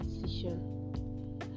decision